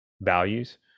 values